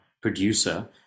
producer